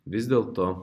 vis dėl to